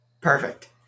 Perfect